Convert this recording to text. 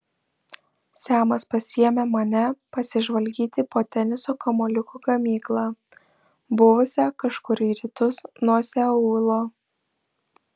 semas pasiėmė mane pasižvalgyti po teniso kamuoliukų gamyklą buvusią kažkur į rytus nuo seulo